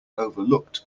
overlooked